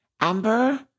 Amber